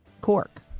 cork